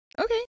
Okay